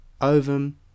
ovum